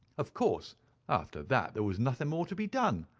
of course after that there was nothing more to be done.